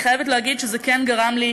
אני חייבת להגיד שזה כן גרם לי